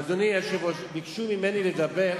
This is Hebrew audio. אדוני היושב-ראש, ביקשו ממני לדבר,